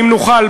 אם נוכל,